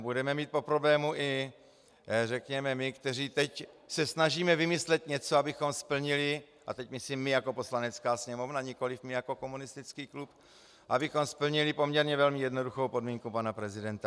Budeme mít po problému i řekněme my, kteří se teď snažíme vymyslet něco, abychom splnili, a teď myslím my jako Poslanecká sněmovna, nikoliv my jako komunistický klub, abychom splnili poměrně velmi jednoduchou podmínku pana prezidenta.